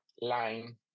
line